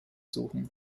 suchen